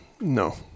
no